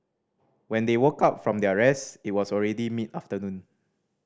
when they woke up from their rest it was already mid afternoon